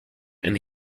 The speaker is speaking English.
and